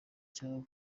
icyabo